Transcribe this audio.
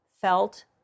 felt